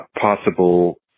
possible